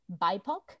BIPOC